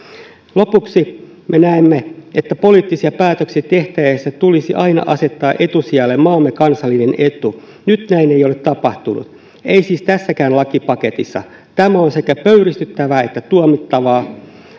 lopuksi me näemme että poliittisia päätöksiä tehtäessä tulisi aina asettaa etusijalle maamme kansallinen etu nyt näin ei ole tapahtunut ei siis tässäkään lakipaketissa tämä on sekä pöyristyttävää että tuomittavaa